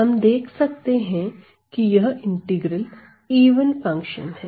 हम देख सकते हैं कि यह इंटीग्रल ईवन फंक्शन है